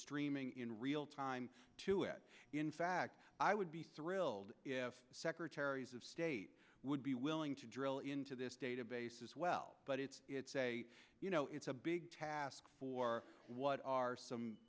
streaming in real time to it in fact i would be thrilled if secretaries of state would be willing to drill into this database as well but it's you know it's a big task for what are some